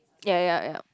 ya ya ya